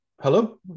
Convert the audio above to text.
Hello